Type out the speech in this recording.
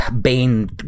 bane